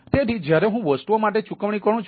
તેથી જ્યારે હું વસ્તુઓ માટે ચૂકવણી કરું છું